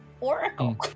oracle